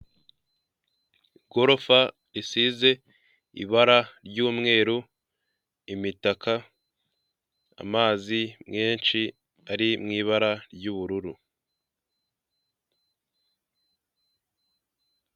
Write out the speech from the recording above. Igorofa risize ibara ry'umweru, imitaka, amazi menshi ari mu ibara ry'ubururu.